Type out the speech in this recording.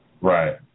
Right